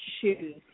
shoes